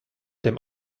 dem